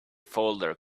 folder